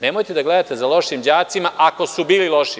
Nemojte da gledate za lošim đacima, ako su bili loši.